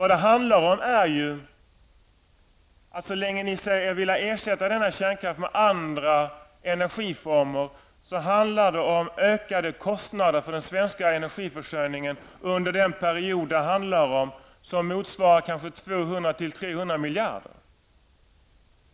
Det handlar om att så länge ni säger er vilja ersätta denna kärnkraft med andra energiformer, är det fråga om ökade kostnader för den svenska energiförsörjningen under den period det gäller, som kanske motsvarar 200--300 miljarder.